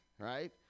right